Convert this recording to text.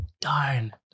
Darn